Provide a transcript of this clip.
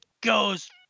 goes